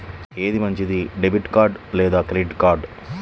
ఏది మంచిది, debit card లేదా క్రెడిట్ కార్డ్?